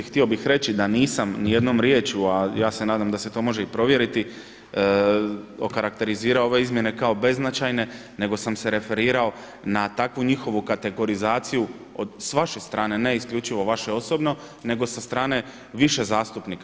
Htio bih reći da nisam ni jednom riječju a ja se nadam da se to može i provjeriti, okarakterizirao ove izmjene kao beznačajne, nego sam se referirao na takvu njihovu kategorizaciju s vaše strane ne isključivo vaše osobno, nego sa strane više zastupnika.